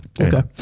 Okay